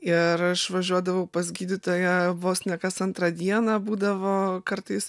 ir aš važiuodavau pas gydytoją vos ne kas antrą dieną būdavo kartais